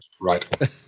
right